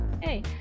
Hey